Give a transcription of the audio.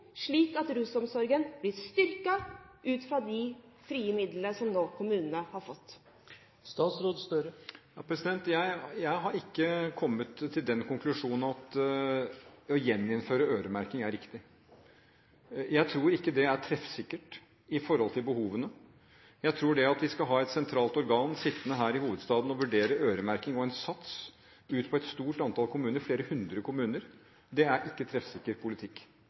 slik at rusomsorgen blir styrket, ut fra de frie midlene som kommunene nå har fått? Jeg har ikke kommet til den konklusjonen at det å gjeninnføre øremerking er riktig. Jeg tror ikke det er treffsikkert i forhold til behovene. Jeg tror at det å ha et sentralt organ sittende her i hovedstaden som vurderer øremerking og en sats for et stort antall kommuner – flere hundre kommuner – ikke er treffsikker politikk.